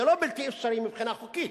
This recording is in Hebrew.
זה לא בלתי אפשרי מבחינה חוקית.